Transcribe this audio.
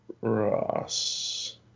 Ross